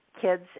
Kids